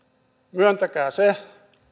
myöntäkää se